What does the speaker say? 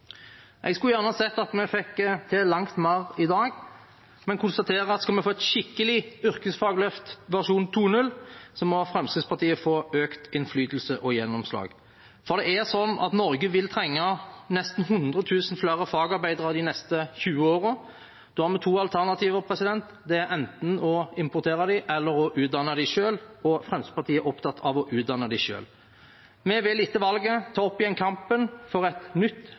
Jeg skulle gjerne sett at vi fikk til langt mer i dag, men konstaterer at skal vi få et skikkelig yrkesfagløft versjon 2.0, må Fremskrittspartiet få økt innflytelse og gjennomslag. For Norge vil trenge nesten 100 000 flere fagarbeidere de neste 20 årene. Da har vi to alternativer. Det er enten å importere dem eller å utdanne dem selv, og Fremskrittspartiet er opptatt av at vi skal utdanne dem selv. Vi vil etter valget ta opp igjen kampen for et nytt,